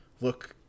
look